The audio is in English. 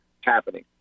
happening